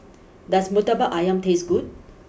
does Murtabak Ayam taste good